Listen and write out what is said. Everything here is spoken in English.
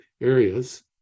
areas